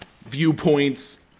viewpoints